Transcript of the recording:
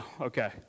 Okay